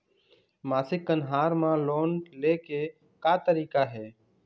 मासिक कन्हार म लोन ले के का तरीका हे?